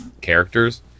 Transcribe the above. characters